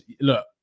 Look